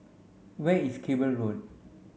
where is Cable Road